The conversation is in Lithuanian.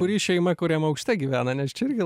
kuri šeima kuriam aukšte gyvena nes čia irgi